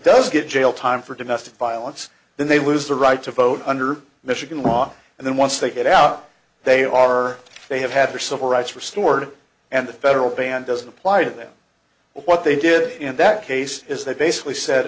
does get jail time for domestic violence then they lose the right to vote under michigan law and then once they get out they are they have had their civil rights restored and the federal ban doesn't apply to them what they did in that case is they basically said